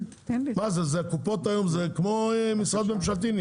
הקופות הן כמו משרד ממשלתי,